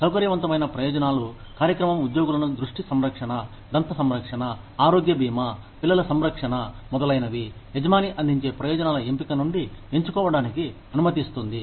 సౌకర్యవంతమైన ప్రయోజనాలు కార్యక్రమం ఉద్యోగులను దృష్టి సంరక్షణ దంత సంరక్షణ ఆరోగ్య భీమా పిల్లల సంరక్షణ మొదలైనవి యజమాని అందించే ప్రయోజనాల ఎంపిక నుండి ఎంచుకోవడానికి అనుమతిస్తుంది